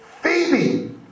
Phoebe